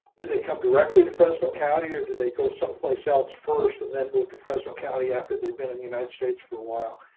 did they come directly to fresno county, or did they go someplace else first and then move to fresno county after they've been in the united states for a while.